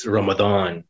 Ramadan